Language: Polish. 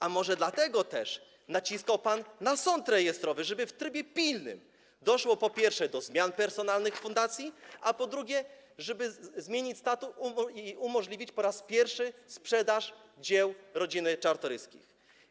A może dlatego też naciskał pan na sąd rejestrowy, żeby w trybie pilnym doszło, po pierwsze, do zmian personalnych w fundacji, a po drugie, żeby zmienić statut i umożliwić po raz pierwszy sprzedaż dzieł rodziny Czartoryskich?